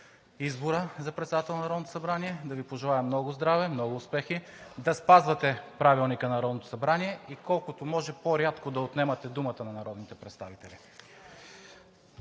избора за председател на Народното събрание, да Ви пожелая много здраве, много успехи, да спазвате Правилника на Народното събрание и колкото може по-рядко да отнемате думата на народните представители.